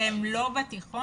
שהם לא בתיכון?